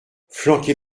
flanquez